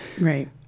Right